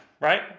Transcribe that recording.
right